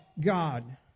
God